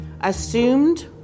assumed